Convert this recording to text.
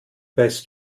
weißt